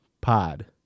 pod